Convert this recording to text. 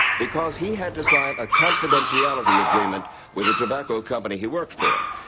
because he had to sign a confidentiality agreement with the tobacco company he worked for.